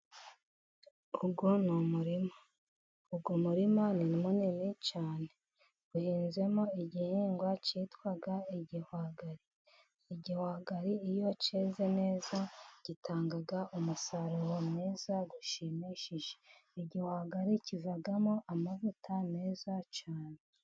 Uwo ni umurima. uUwo muririma ni munini cyane . uhinzemo igihingwa cyitwa igihwagari. igihwagari iyo cyeze neza, gitangaga umusaruro mwiza bishimishije. igihwahagari kivamo amavuta meza cyane.